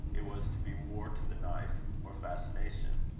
it was to be war to the knife, or fascination.